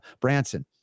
Branson